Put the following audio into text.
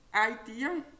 idea